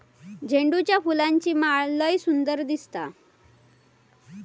झेंडूच्या फुलांची माळ लय सुंदर दिसता